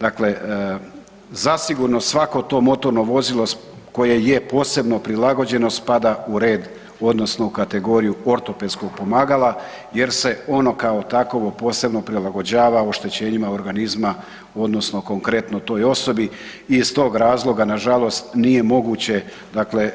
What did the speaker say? Dakle, zasigurno svako to motorno vozilo koje je posebno prilagođeno spada u red odnosno u kategoriju ortopedskog pomagala jer se ono kao takvo posebno prilagođava oštećenjima organizma odnosno konkretno toj osobi i iz tog razloga nažalost nije moguće, dakle